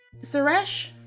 Suresh